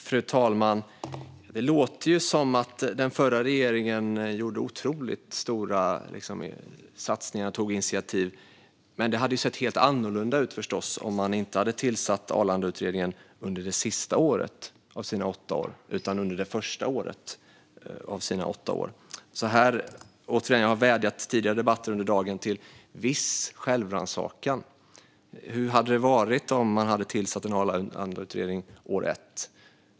Fru talman! Det låter som att den förra regeringen gjorde otroligt stora satsningar och tog initiativ. Det hade förstås sett helt annorlunda ut om man inte hade tillsatt Arlandautredningen under det sista av sina åtta år utan under det första av sina åtta år. Återigen: Jag har i tidigare debatter under dagen vädjat om en viss självrannsakan. Hur hade det varit om man hade tillsatt en Arlandautredning under år ett?